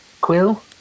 Quill